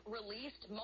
released